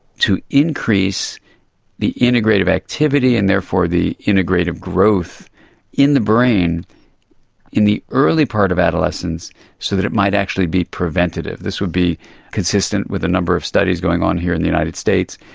to increase the integrative activity and therefore the integrative growth in the brain in the early part of adolescence so that it might actually be preventative. this would be consistent with a number of studies going on here in the united states,